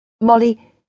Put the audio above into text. Molly